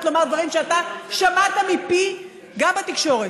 לומר דברים שאתה שמעת מפי גם בתקשורת.